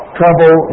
trouble